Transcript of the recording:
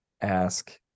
ask